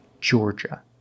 Georgia